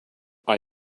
are